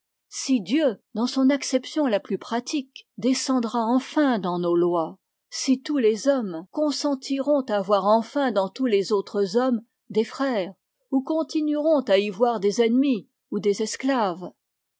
si dieu dans son acception la plus pratique descendra enfin dans nos lois si tous les hommes consentiront à voir enfin dans tous les autres hommes des frères ou continueront à y voir des ennemis ou des esclaves